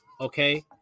Okay